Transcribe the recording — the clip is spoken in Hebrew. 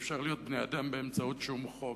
אי-אפשר להיות בני-אדם באמצעות שום חוק,